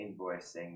invoicing